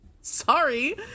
Sorry